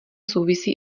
souvisí